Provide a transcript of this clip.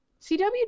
CW